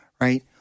right